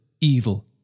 evil